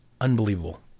unbelievable